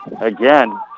Again